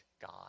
God